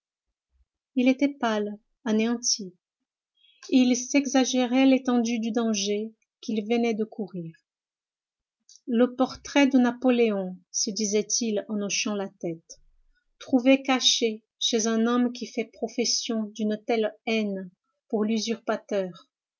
il était pâle anéanti il s'exagérait l'étendue du danger qu'il venait de courir le portrait de napoléon se disait-il en hochant la tête trouvé caché chez un homme qui fait profession d'une telle haine pour l'usurpateur